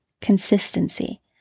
Consistency